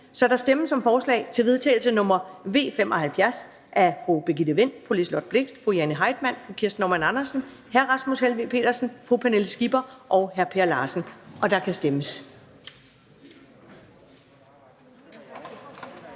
Der stemmes om forslag til vedtagelse nr. V 75 af Birgitte Vind (S), Liselott Blixt (DF), Jane Heitmann (V), Kirsten Normann Andersen (SF), Rasmus Helveg Petersen (RV), Pernille Skipper (EL) og Per Larsen (KF), og der kan stemmes.